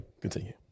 continue